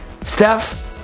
Steph